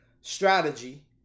strategy